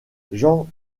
jean